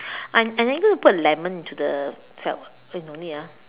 and and then are you going to put a lemon into the kelp eh don't need ah